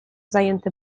zajęty